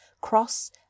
cross